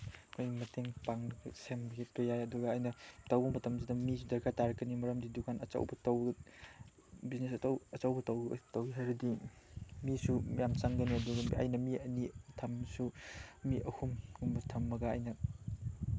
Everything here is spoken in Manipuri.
ꯑꯩꯈꯣꯏ ꯃꯇꯦꯡ ꯄꯥꯡꯅꯕ ꯁꯦꯝꯒꯠꯄ ꯌꯥꯏ ꯑꯗꯨꯒ ꯑꯩꯅ ꯇꯧꯕ ꯃꯇꯝꯁꯤꯗ ꯃꯤꯁꯨ ꯗꯔꯀꯥꯔ ꯇꯥꯔꯛꯀꯅꯤ ꯃꯔꯝꯗꯤ ꯗꯨꯀꯥꯟ ꯑꯆꯧꯕ ꯇꯧꯕ ꯕꯤꯖꯤꯅꯦꯁ ꯑꯆꯧꯕ ꯇꯧꯒꯦ ꯍꯥꯏꯔꯗꯤ ꯃꯤꯁꯨ ꯌꯥꯝ ꯆꯪꯒꯅꯤ ꯑꯗꯨꯒ ꯑꯩꯅ ꯃꯤ ꯑꯅꯤ ꯊꯝꯃꯁꯨ ꯃꯤ ꯑꯍꯨꯝꯒꯨꯝꯕ ꯊꯝꯃꯒ ꯑꯩꯅ